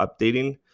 updating